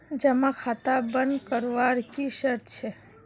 जमा खाता बन करवार की शर्त छे?